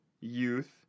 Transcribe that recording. youth